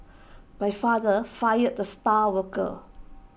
my father fired the star worker